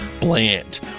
Bland